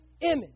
image